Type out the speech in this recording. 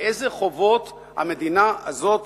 באיזה חובות המדינה הזאת